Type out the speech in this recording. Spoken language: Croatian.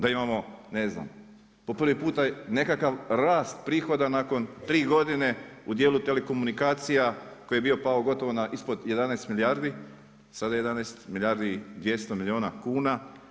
Da imamo ne znam, po prvi puta nekakav rast prihoda nakon 3 godine u dijelu telekomunikacija, koji je bio pao gotovo ispod 11 milijardi, sada je 11 milijardi i 200 milijuna kuna.